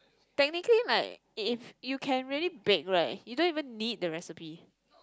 technically like it if you can really bake right you don't even need the recipe